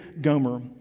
Gomer